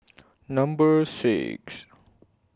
Number six